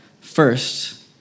First